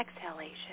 exhalation